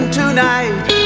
tonight